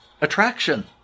attraction